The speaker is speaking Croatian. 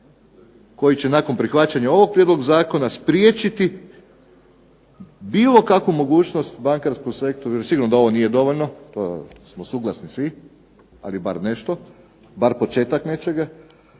koji će nakon prihvaćanja ovog prijedloga zakona spriječiti bilo kakvu mogućnost bankarskom sektoru, jer sigurno da ovo nije dovoljno, to smo suglasni svi, ali bar nešto, bar početak nečega,